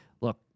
Look